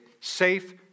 safe